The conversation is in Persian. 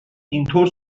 اینطور